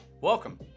welcome